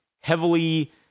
heavily